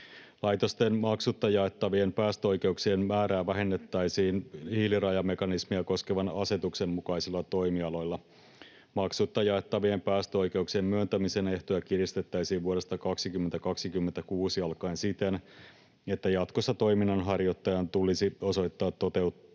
Laitosten maksutta jaettavien päästöoikeuksien määrää vähennettäisiin hiilirajamekanismia koskevan asetuksen mukaisilla toimialoilla. Maksutta jaettavien päästöoikeuksien myöntämisen ehtoja kiristettäisiin vuodesta 2026 alkaen siten, että jatkossa toiminnanharjoittajan tulisi osoittaa toteuttaneensa